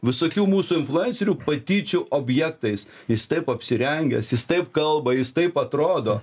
visokių mūsų influencerių patyčių objektais jis taip apsirengęs jis taip kalba jis taip atrodo